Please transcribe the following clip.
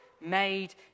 made